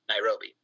Nairobi